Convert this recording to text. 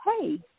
Hey